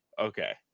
Okay